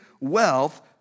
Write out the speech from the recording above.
wealth